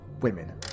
women